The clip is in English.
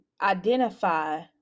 identify